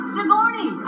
Sigourney